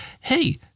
hey